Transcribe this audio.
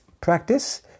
practice